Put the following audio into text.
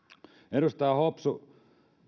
edustaja hopsu